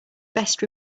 best